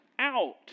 out